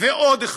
ועוד אחד,